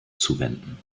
zuwenden